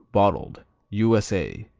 bottled u s a.